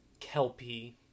kelpy